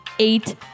eight